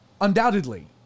undoubtedly